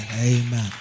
amen